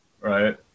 right